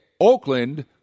Oakland